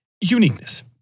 uniqueness